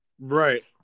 Right